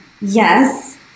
yes